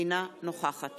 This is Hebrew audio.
אינה נוכחת